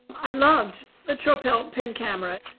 i loved the tropel pen camera.